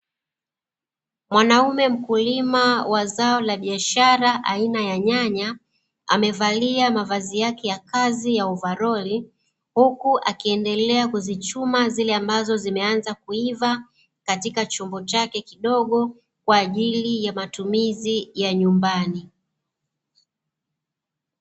Mwanaume mkulima wa zao la biashara aina ya nyanya, amevalia mavazi yake ya kazi ya ovaroli, huku akiendelea kuzichuma zile ambazo zimeanza kuiva katika chombo chake kidogo kwa ajili ya matumizi ya nyumbani.